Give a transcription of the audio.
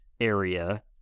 area